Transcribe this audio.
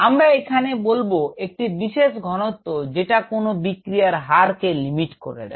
আমরা এখানে বলব একটি বিশেষ ঘনত্ব যেটা কোন বিক্রিয়ার হার কে লিমিট করে দেয়